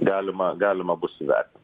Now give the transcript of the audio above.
galima galima bus įvertint